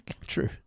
True